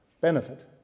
benefit